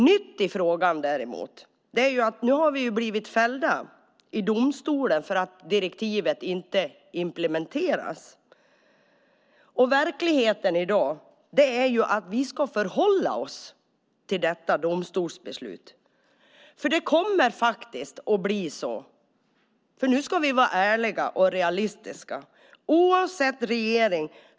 Nytt i frågan är att Sverige har blivit fällt i domstol för att direktivet inte har implementerats. Verkligheten är att vi måste förhålla oss till detta domstolsbeslut. Ingen kommer undan det oavsett regering.